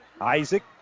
Isaac